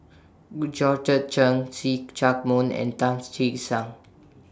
Chen See Chak Mun and Tan Che Sang